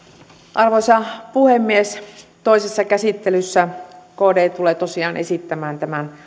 arvoisa puhemies toisessa käsittelyssä kd tulee tosiaan esittämään tämän